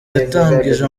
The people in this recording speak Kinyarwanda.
yatangije